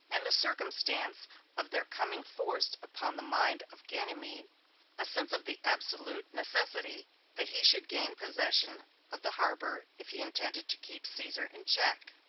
and the circumstance of their coming forced upon the mind of ganymede a sense of the absolute necessity that he should gain possession of the harbor if he intended to keep caesar in check.